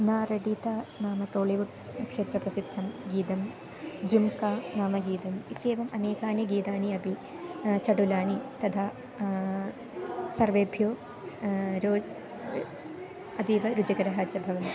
नारडिता नाम टोलिवुड् क्षेत्रप्रसिद्धं गीतं जुम्का नाम गीतम् इत्येवम् अनेकानि गीतानि अपि चडुलानि तधा सर्वेभ्यो रो अतीव रुचिकराणि च अभवन्